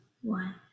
one